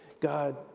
God